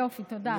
יופי, תודה.